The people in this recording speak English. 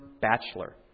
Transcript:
bachelor